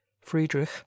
friedrich